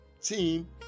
team